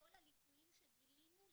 לכל הליקויים שגילינו.